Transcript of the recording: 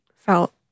felt